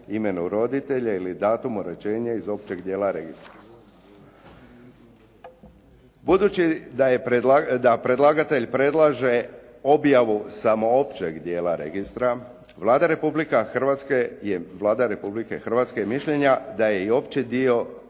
imenu roditelja ili datumu rođenja iz općeg dijela registra. Budući da predlagatelj predlaže objavu samo općeg dijela registra Vlada Republike Hrvatske je mišljenja da je i opći dio